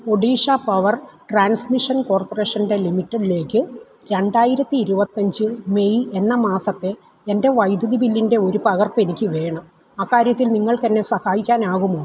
Odisha power transmission corporation ലിമിറ്റഡിലേക്ക് രണ്ടായിരത്തി ഇരുപത്തഞ്ച് മെയ് എന്ന മാസത്തെ എൻ്റെ വൈദ്യുതി ബില്ലിൻ്റെ ഒരു പകർപ്പ് എനിക്ക് വേണം അക്കാര്യത്തിൽ നിങ്ങൾക്ക് എന്നെ സഹായിക്കാനാകുമോ